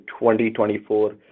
2024